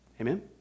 Amen